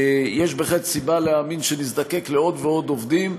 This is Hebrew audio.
יש סיבה להאמין שנזדקק לעוד ועוד עובדים.